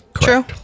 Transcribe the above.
true